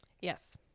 yes